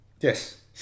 yes